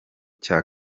cya